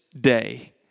day